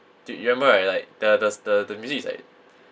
do you remember right like the the s~ the the music is like